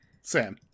Sam